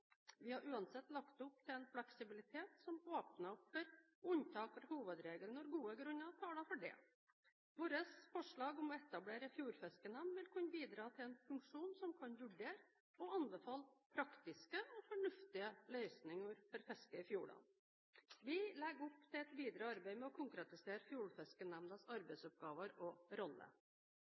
Vi har uansett lagt opp til en fleksibilitet som åpner opp for unntak fra hovedregelen når gode grunner taler for det. Vårt forslag om å etablere en fjordfiskenemnd vil kunne bidra til en funksjon som kan vurdere og anbefale praktiske og fornuftige løsninger for fiske i fjordene. Vi legger opp til et videre arbeid med å konkretisere fjordfiskenemndas arbeidsoppgaver og rolle.